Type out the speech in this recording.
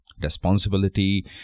responsibility